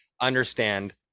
understand